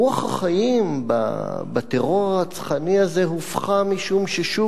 רוח החיים בטרור הרצחני הזה הופחה משום ששוב